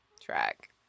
track